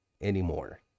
anymore